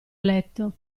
letto